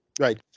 Right